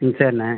ம் சேரிண்ணா